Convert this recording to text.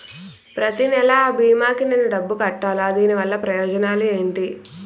ప్రతినెల అ భీమా కి నేను డబ్బు కట్టాలా? దీనివల్ల ప్రయోజనాలు ఎంటి?